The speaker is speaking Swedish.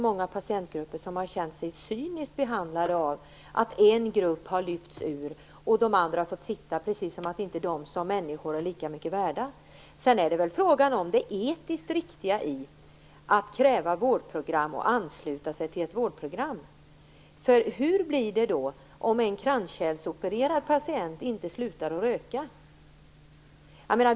Många patientgrupper har känt sig cyniskt behandlade av att en grupp har lyfts ur systemet medan de andra lämnats kvar, precis som om de som människor inte är lika mycket värda. Det är också frågan om det etiskt riktiga i att kräva vårdprogram och ansluta sig till ett vårdprogram. Hur blir det då om en kranskärlsopererad patient inte slutar att röka?